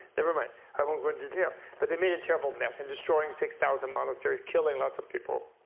never mind. i won't go into detail. but they made a terrible mess. and destroying six thousand monasteries, killing lots of people.